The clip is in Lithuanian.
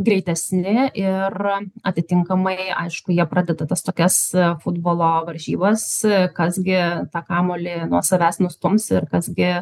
greitesni ir atitinkamai aišku jie pradeda tas tokias futbolo varžybas kas gi tą kamuolį nuo savęs nustums ir kas gi